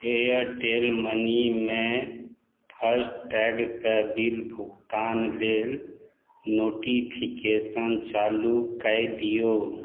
Airtel मनीमे FASTag कऽ bill भुगतान लेल नोटिफिकेशन चालू कै दियौ